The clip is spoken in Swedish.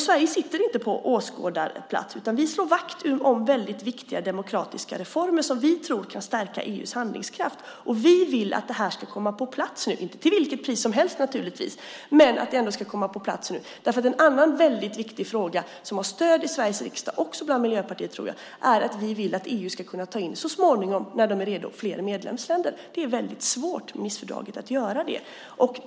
Sverige sitter alltså inte på åskådarplats, utan vi slår vakt om väldigt viktiga demokratiska reformer som vi tror kan stärka EU:s handlingskraft. Vi vill att detta ska komma på plats nu - naturligtvis inte till vilket pris som helst - därför att en annan väldigt viktig fråga som har stöd i Sveriges riksdag, också hos Miljöpartiet, tror jag, är att vi vill att EU så småningom när man är redo ska kunna ta in fler medlemsländer. Det är väldigt svårt med Nicefördraget att göra det.